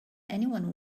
anyone